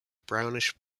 brownish